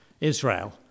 Israel